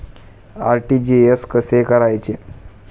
RTGS कसे करायचे?